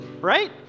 right